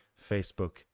Facebook